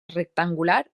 rectangular